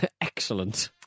excellent